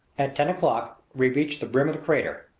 at ten o'clock we reached the brim of the crater,